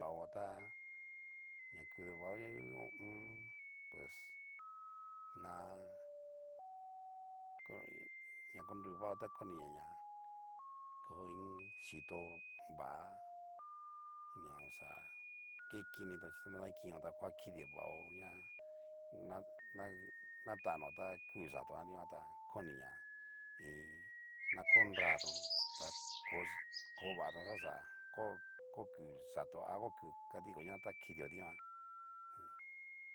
Dabo ta ña kudiva hu ho o on. pus na konruvao ta koni ña-ña, ko iin xhito va na oxa kikinitón chi tona kinitón ta va kidi vao ña na- na natano ta kuu yato nrikuan tá koni ña iin na ko nratón ta koyi kovatón xaxa ko oku yato a oku kadikio ña ta kidio dikán.